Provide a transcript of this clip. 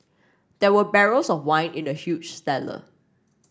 there were barrels of wine in the huge cellar